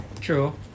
True